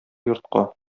йортка